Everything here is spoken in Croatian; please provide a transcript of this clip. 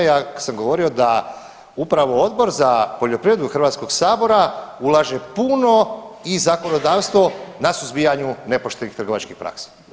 Ja sam govorio da upravo Odbor za poljoprivredu Hrvatskog sabora ulaže puno i zakonodavstvo na suzbijanju nepoštenih trgovačkih praksi.